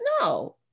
no